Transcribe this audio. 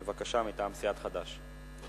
בבקשה, מטעם סיעת חד"ש.